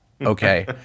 okay